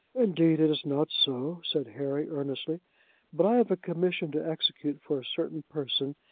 indeed, it is not so, said harry, earnestly but i have a commission to execute for a certain person,